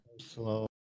slow